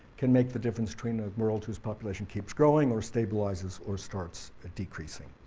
can make the difference between a world whose population keeps growing or stabilizes or starts ah decreasing.